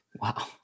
wow